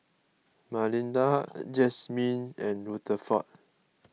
Malinda Jazmyne and Rutherford